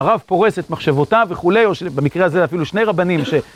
הרב פורש את מחשבותיו וכולי, או שבמקרה הזה אפילו שני רבנים ש...